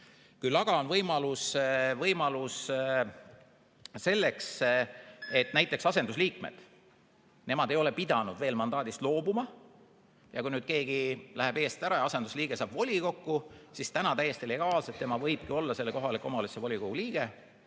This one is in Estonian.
Küll aga on see võimalus näiteks asendusliikmetel. Nemad ei ole pidanud veel mandaadist loobuma. Kui nüüd keegi läheb eest ära ja asendusliige saab volikokku, siis täna täiesti legaalselt tema võibki olla selle kohaliku omavalitsuse volikogu liige